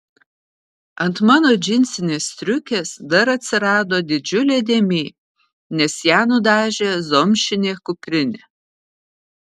ant mano džinsinės striukės dar atsirado didžiulė dėmė nes ją nudažė zomšinė kuprinė